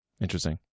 interesting